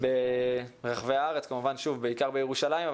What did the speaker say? ברחבי הארץ, ובעיקר בירושלים.